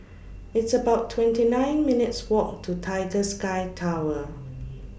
It's about twenty nine minutes' Walk to Tiger Sky Tower